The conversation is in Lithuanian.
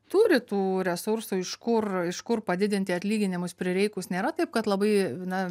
turi tų resursų iš kur iš kur padidinti atlyginimus prireikus nėra taip kad labai na